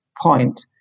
point